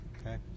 okay